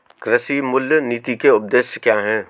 कृषि मूल्य नीति के उद्देश्य क्या है?